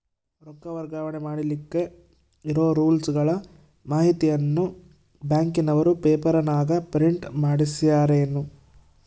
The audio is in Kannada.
ರೊಕ್ಕ ವರ್ಗಾವಣೆ ಮಾಡಿಲಿಕ್ಕೆ ಇರೋ ರೂಲ್ಸುಗಳ ಮಾಹಿತಿಯನ್ನ ಬ್ಯಾಂಕಿನವರು ಪೇಪರನಾಗ ಪ್ರಿಂಟ್ ಮಾಡಿಸ್ಯಾರೇನು?